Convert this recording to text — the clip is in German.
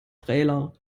trailer